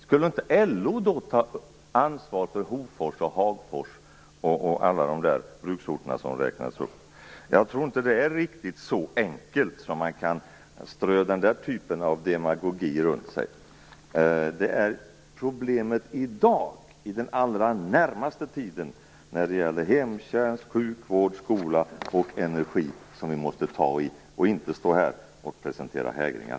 Skulle inte LO då ta ansvar för Hofors, Hagfors och alla de bruksorter som räknades upp? Jag tror inte att det är riktigt så enkelt att man kan strö den typen av demagogi omkring sig. Problemet i dag och den allra närmaste tiden gäller hemtjänst, sjukvård, skola och energi. Vi måste ta tag i det och inte stå här och presentera hägringar.